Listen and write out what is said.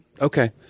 Okay